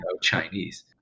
Chinese